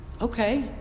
Okay